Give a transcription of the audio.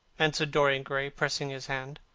answered dorian gray, pressing his hand.